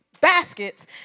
baskets